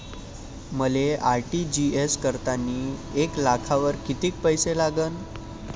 मले आर.टी.जी.एस करतांनी एक लाखावर कितीक पैसे लागन?